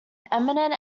eminent